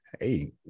Hey